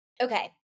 okay